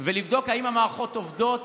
ולבדוק אם המערכות עובדות.